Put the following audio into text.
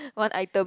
one item